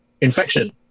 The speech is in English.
infection